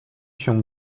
się